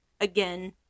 again